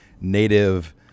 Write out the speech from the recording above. native